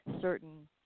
certain